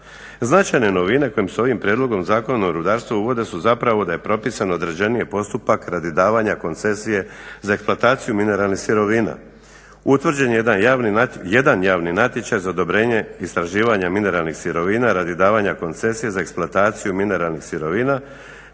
Značajne novine kojim se ovim prijedlogom Zakona o rudarstvu uvode su zapravo da je propisano određeniji postupak radi davanja koncesije za eksploataciju mineralnih sirovina. Utvrđen je jedan javni natječaj za odobrenje i istraživanje mineralnih sirovina radi davanja koncesije za eksploataciju mineralnih sirovina